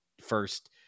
first